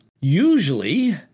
usually